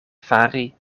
fari